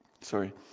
sorry